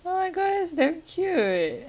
oh my god it's damn cute